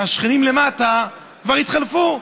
השכנים למטה כבר התחלפו,